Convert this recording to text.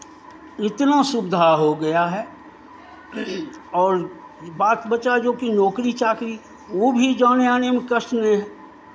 इतना सुविधा हो गया है और बात बचा जोकि नौकरी चाकरी वो भी जाने आने में कष्ट नहीं है